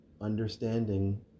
understanding